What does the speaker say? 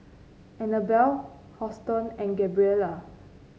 Annabel Houston and Gabriella